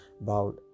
bowed